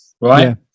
right